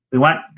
we want,